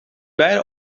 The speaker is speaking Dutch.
beide